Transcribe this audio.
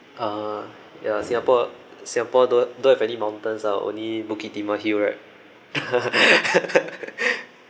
uh ya singapore singapore don't don't have any mountains ah only bukit timah hill right